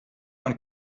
und